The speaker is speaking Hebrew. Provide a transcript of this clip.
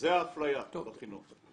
זו האפליה בחינוך.